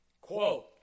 Quote